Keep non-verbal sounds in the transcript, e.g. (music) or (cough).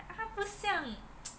她不像 (noise)